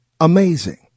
Amazing